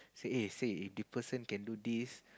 say eh say this person can do this